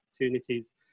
opportunities